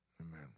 Amen